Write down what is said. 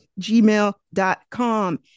gmail.com